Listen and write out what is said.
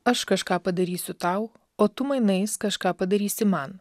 aš kažką padarysiu tau o tu mainais kažką padarysi man